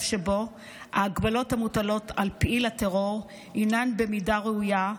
שבו ההגבלות המוטלות על פעיל הטרור הינן במידה ראויה,